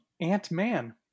Ant-Man